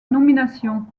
nomination